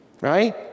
right